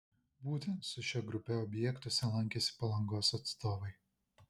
būtent su šia grupe objektuose lankėsi palangos atstovai